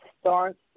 start